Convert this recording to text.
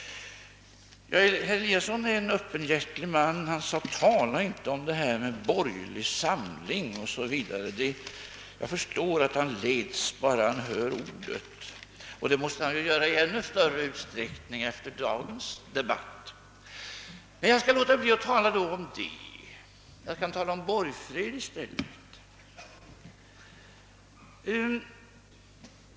Herr Eliasson i Sundborn är en öppenhjärtig man. Han sade: Tala inte om detta med borgerlig samling! Jag förstår att han leds bara han hör det ordet. Det måste han göra i ännu högre grad efter dagens debatt. Jag skall då låta bli att tala om det; jag kan tala om borgfred i stället.